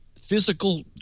physical